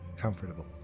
comfortable